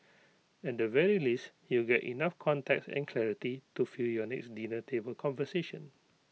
at the very least you'll get enough context and clarity to fuel your next dinner table conversation